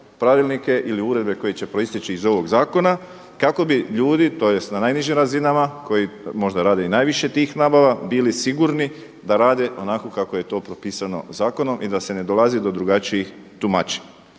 pravilnike ili uredbe koje će proisteći iz ovog zakona kako bi ljudi tj. na najnižim razinama koji možda radi i najviše tih nabava bili sigurni da rade onako kako je to propisano zakonom i da se ne dolazi do drugačijih tumačenja.